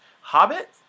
Hobbit